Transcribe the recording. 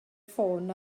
ffôn